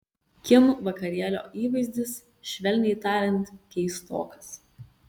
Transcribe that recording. kim vakarėlio įvaizdis švelniai tariant keistokas